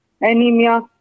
anemia